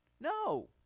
No